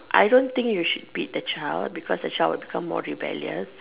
I don't think you should beat the child because the child would become more rebellious